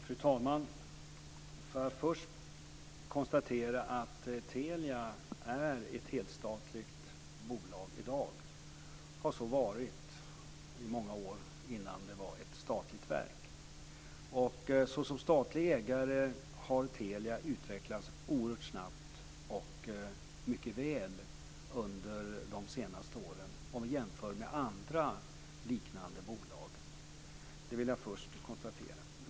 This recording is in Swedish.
Fru talman! Först får jag konstatera att Telia är ett helstatligt bolag i dag. Det har så varit i många år. Innan dess var det ett statligt verk. Som statligt ägt företag har Telia utvecklats oerhört snabbt och mycket väl under de senaste åren om vi jämför med andra liknande bolag. Det vill jag först konstatera.